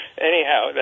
anyhow